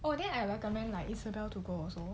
oh then I recommend like isabel to go also